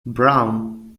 brown